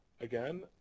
again